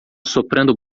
soprando